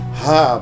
ha